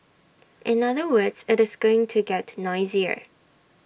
in other words IT is going to get noisier